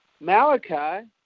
Malachi